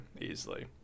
easily